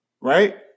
Right